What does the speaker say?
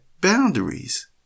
boundaries